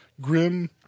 Grim